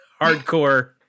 hardcore